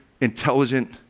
intelligent